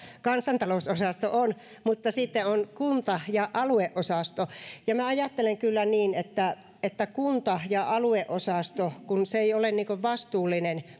kansantalousosasto on mutta sitten on kunta ja alueosasto ajattelen kyllä että kun kunta ja alueosasto ei ole vastuullinen